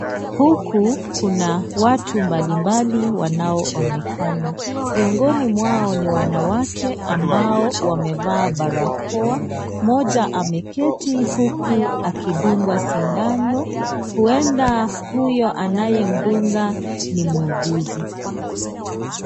Huku kuna watu mbalimbali wanaoonekana. Miongoni mwao ni wanawake ambao wamevaa barakoa. Mmoja ameketi huku akidungwa sindano, huenda huyo anayemdunga ni muuguzi.